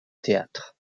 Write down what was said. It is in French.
théâtre